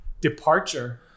departure